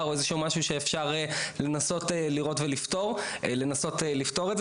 או איזה שהוא משהו שאפשר לנסות לראות ולפתור את זה.